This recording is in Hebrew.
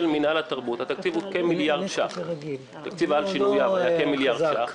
לתוכנית של מינהל התרבות התקציב על שינויו הוא כמיליארד שקלים,